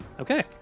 Okay